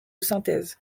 synthèse